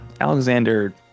Alexander